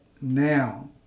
now